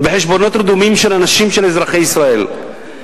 בחשבונות רדומים של אנשים, של אזרחי ישראל.